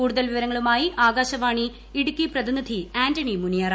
കൂടുതൽ വിവരങ്ങളുമായി ആകാശവാണി ഇടുക്കി പ്രതിനിധി ആന്റണി മുനിയറ